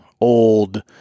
old